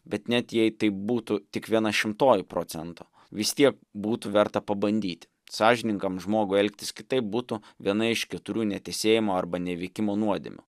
bet net jei tai būtų tik viena šimtoji procento vis tiek būtų verta pabandyti sąžiningam žmogui elgtis kitaip būtų viena iš keturių netęsėjimo arba neveikimo nuodėmių